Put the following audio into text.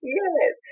yes